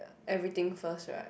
everything first right